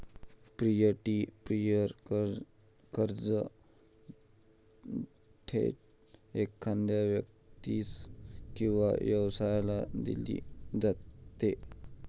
pier to peer कर्ज थेट एखाद्या व्यक्तीस किंवा व्यवसायाला दिले जाते